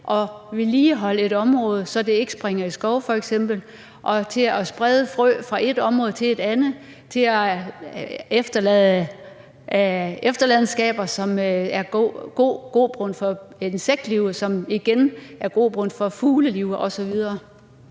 at vedligeholde et område, så det f.eks. ikke springer i skov, og til at sprede frø fra ét område til et andet, til at efterlade efterladenskaber, som er god grobund for indsektlivet, som igen er grobund for fugleliv osv.